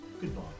goodbye